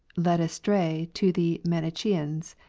led astray to the manichseans.